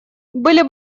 были